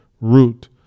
root